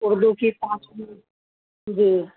اردو کی پانچویں جی